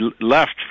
left